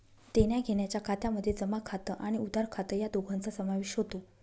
देण्याघेण्याच्या खात्यामध्ये जमा खात व उधार खात या दोघांचा समावेश होतो